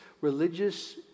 religious